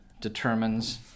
determines